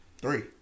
Three